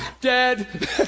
Dead